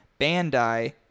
Bandai